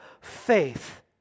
faith